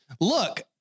Look